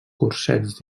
cursets